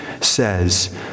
says